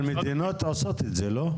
מדינות עושות את זה, לא?